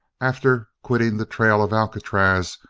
after quitting the trail of alcatraz,